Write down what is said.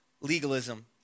legalism